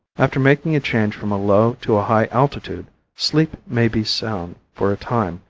after making a change from a low to a high altitude sleep may be sound for a time,